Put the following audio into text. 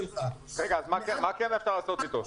מה כן אפשר לעשות איתו?